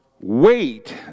wait